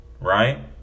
Right